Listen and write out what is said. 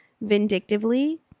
vindictively